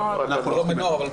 הנוער.